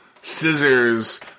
scissors